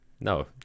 No